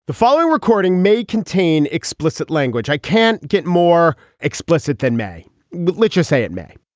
the following recording may contain explicit language i can't get more explicit than may with literal say it may.